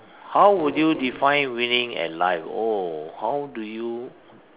how would you define winning at life oh how do you